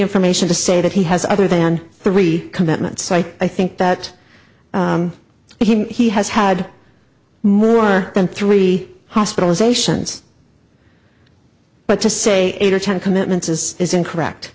information to say that he has other than three commitments so i think that he has had more than three hospitalizations but to say eight or ten commitments is isn't correct